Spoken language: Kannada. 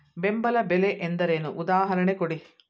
ಬೆಂಬಲ ಬೆಲೆ ಎಂದರೇನು, ಉದಾಹರಣೆ ಕೊಡಿ?